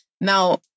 Now